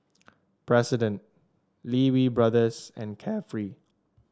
President Lee Wee Brothers and Carefree